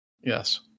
Yes